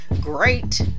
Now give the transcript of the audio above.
great